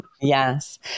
yes